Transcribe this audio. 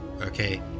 Okay